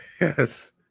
yes